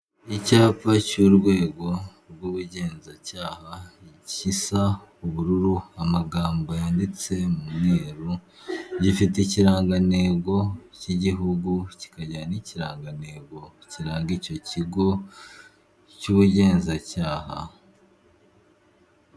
Icyapa cy'urwego rw'ubugenzacyaha gisa ubururu amagambo yanditse mu mweru gifite ikirangantego cy'igihugu kigagira ikirangantego kiranga icyo kigo cy'ubugenzacyaha.